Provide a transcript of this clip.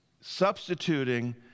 substituting